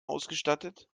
ausgestattet